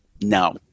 no